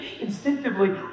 instinctively